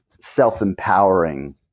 self-empowering